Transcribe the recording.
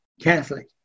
Catholic